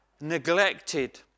neglected